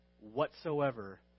whatsoever